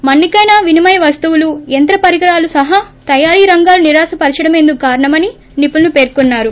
మన్పికైన వినిమయ పస్తువులు యంత్ర పరికరాలు సహా తయారీ రంగాలు నిరాశపరచేడమే ఇందుకు కారణమని నిపుణులు పెర్కున్నారు